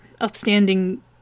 upstanding